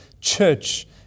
church